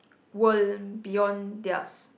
world beyond theirs